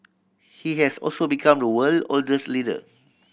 he has also become the world oldest leader